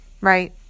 right